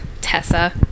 Tessa